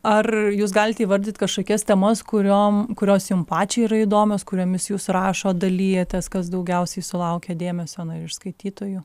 ar jūs galit įvardyti kažkokias temas kuriom kurios jums pačiai yra įdomios kuriomis jūs rašo dalijatės kas daugiausiai sulaukia dėmesio na iš skaitytojų